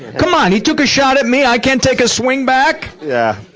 come on, he took a shot at me, i can't take a swing back? yeah.